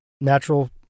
natural